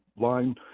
line